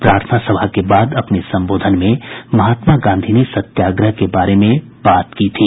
प्रार्थना सभा के बाद अपने संबोधन में महात्मा गांधी ने सत्याग्रह के बारे में बात की थी